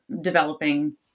developing